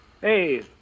Hey